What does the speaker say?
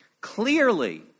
Clearly